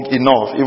enough